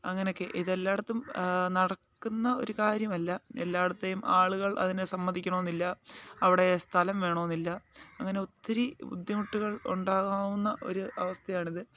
അങ്ങനെ ഒക്കെ ഇതെല്ലായിടത്തും നടക്കുന്ന ഒരു കാര്യമല്ല എല്ലായിടത്തെയും ആളുകൾ അതിന് സമ്മതിക്കണമെന്നില്ല അവിടെ സ്ഥലം വേണമെന്നില്ല അങ്ങനെ ഒത്തിരി ബുദ്ധിമുട്ടുകൾ ഉണ്ടാകാവുന്ന ഒരു അവസ്ഥയാണിത്